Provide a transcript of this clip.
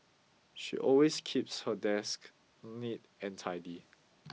she always keeps her desk neat and tidy